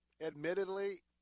admittedly